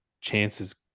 chances